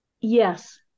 yes